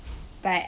but